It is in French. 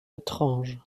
étrange